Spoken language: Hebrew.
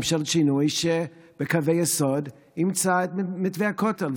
ממשלת שינוי, שבקווי היסוד אימצה את מתווה הכותל.